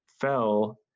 fell